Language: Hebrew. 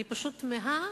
האוכלוסייה כולה,